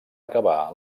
acabà